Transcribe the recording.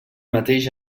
mateix